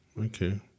Okay